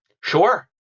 Sure